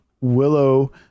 willow